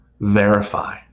verify